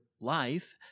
life